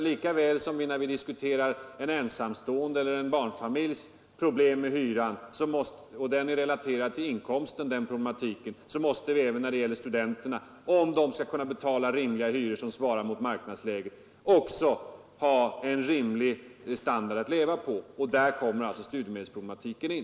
Lika väl som vi diskuterar den ensamståendes eller en barnfamiljs problem med hyran och låter den problematiken vara relaterad till inkomsten måste vi utgå från att studenterna, om de skall kunna betala rimliga hyror som svarar mot marknadsläget, har en rimlig standard att leva på. Där kommer alltså studiemedelsproblematiken in.